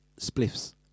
Spliffs